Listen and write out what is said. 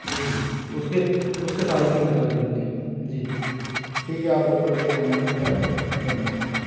जी जी उसके उसके साढ़े तीन हज़ार देंगे जी ठीक है आप बुक कर दीजिए हमारी कैब धन्यवाद